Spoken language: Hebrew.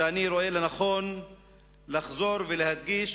שאני רואה לנכון לחזור ולהדגיש,